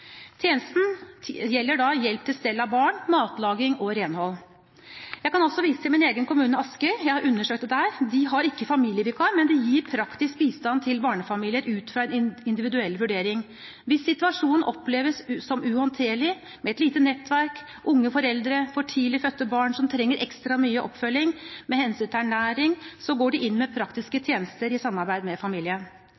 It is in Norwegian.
Tjenesten gjelder hjelp til stell av barn, matlaging og renhold. Jeg kan også vise til min egen kommune, Asker. Jeg har undersøkt dette, og de har ikke familievikar, men de gir praktisk bistand til barnefamilier ut fra en individuell vurdering. Hvis situasjonen oppleves som uhåndterlig, med et lite nettverk, unge foreldre, for tidlig fødte barn som trenger ekstra mye oppfølging med hensyn til ernæring, går de inn med praktiske